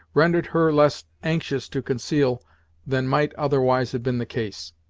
rendered her less anxious to conceal than might otherwise have been the case.